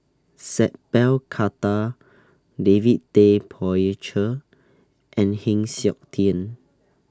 Sat Pal Khattar David Tay Poey Cher and Heng Siok Tian